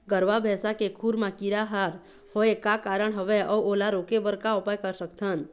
गरवा भैंसा के खुर मा कीरा हर होय का कारण हवए अऊ ओला रोके बर का उपाय कर सकथन?